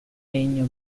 legno